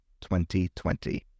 2020